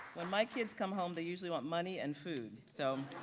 when my kids come home, they usually want money and food, so.